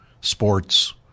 sports